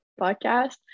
podcast